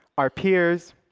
our peers,